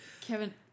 Kevin